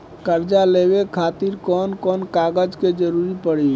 कर्जा लेवे खातिर कौन कौन कागज के जरूरी पड़ी?